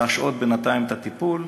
להשהות בינתיים את הטיפול